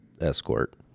escort